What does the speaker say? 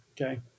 Okay